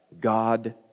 God